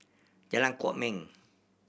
Jalan Kwok Min